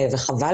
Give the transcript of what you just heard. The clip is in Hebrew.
וחבל.